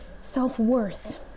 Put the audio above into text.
self-worth